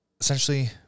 essentially